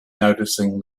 noticing